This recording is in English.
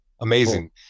Amazing